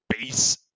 base